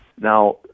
Now